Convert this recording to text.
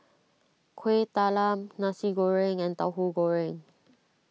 Kueh Talam Nasi Goreng and Tahu Goreng